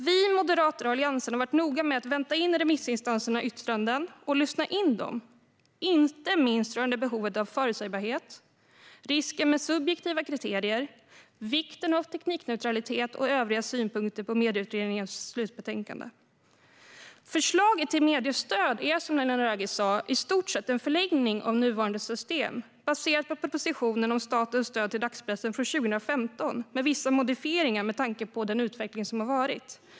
Vi moderater och Alliansen har varit noga med att vänta in remissinstansernas yttranden och lyssna in dem, inte minst rörande behovet av förutsebarhet, risken med subjektiva kriterier, vikten av teknikneutralitet och övriga synpunkter på Medieutredningens slutbetänkande. Förslaget till mediestöd är, som Laila Naraghi sa, i stort sett en förlängning av nuvarande system, baserat på propositionen Statens stöd till dagspressen från 2015. Vissa modifieringar har gjorts med tanke på den utveckling som har varit.